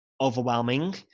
Overwhelming